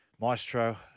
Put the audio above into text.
Maestro